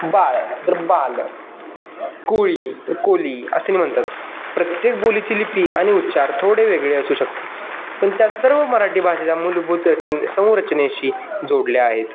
बाळ तर बाल कोळी तर कोली असते नि म्हणतात प्रत्येक बोलीची लिपी आणि उच्चार थोडे वेगळे असू शकतात पण त्या सर्व मराठी भाषेच्या मूलभूत रच समोरचनेशी जोडल्या आहेत